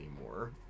anymore